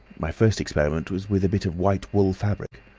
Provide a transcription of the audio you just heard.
my first experiment was with a bit of white wool fabric.